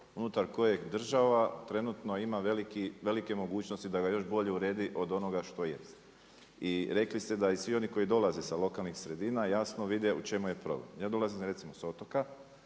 unutar kojeg država trenutno ima veliki, velike mogućnosti da ga još bolje uredi od onoga što jest. I rekli ste da i svi oni koji dolaze sa lokalnih sredina jasno vide u čemu je problem. Ja dolazim recimo sa otoka